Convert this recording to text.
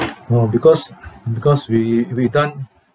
orh because because we we done